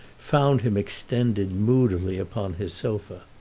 found him extended moodily upon his sofa.